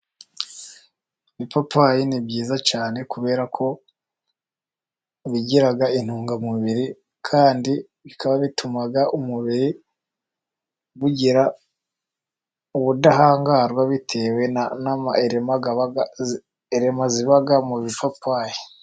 Ibipapayi ni byiza cyane, kubera ko bigira intungamubiri, kandi bikaba bituma umubiri ugira ubudahangarwa, bitewe n'amayelema elema ziba mu bipapayi.